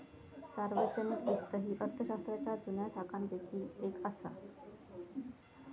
सार्वजनिक वित्त ही अर्थशास्त्राच्या जुन्या शाखांपैकी येक असा